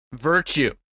virtue